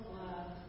love